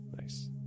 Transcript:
Nice